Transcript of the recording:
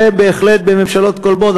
זה בהחלט בממשלות קודמות.